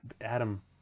Adam